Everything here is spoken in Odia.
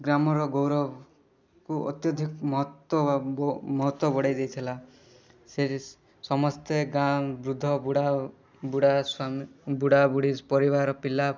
ଗ୍ରାମର ଗୌରବକୁ ଅତ୍ୟଧିକ ମତ ମହତ୍ତ୍ୱ ବଢ଼ାଇ ଦେଇଥିଲା ସୋ ଯେ ସମସ୍ତେ ଗାଁ ବୃଦ୍ଧ ବୁଢ଼ାବୁଢ଼ୀ ସ୍ୱାମୀ ବୁଢ଼ାବୁଢ଼ୀ ପରିବାର ପିଲା